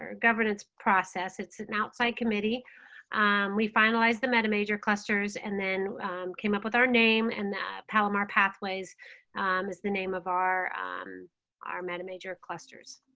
governance process it's an outside committee we finalize the meta major clusters and then came up with our name and that palomar pathways is the name of our um our meta major clusters.